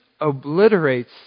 obliterates